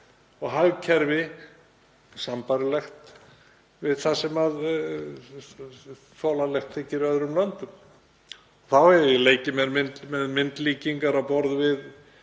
og hagkerfi sambærilegt við það sem þolanlegt þykir í öðrum löndum. Þá hef ég leikið mér með myndlíkingar á borð við